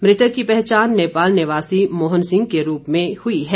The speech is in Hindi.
मृतक की पहचान नेपाल निवासी मोहन सिंह के रूप में हुई है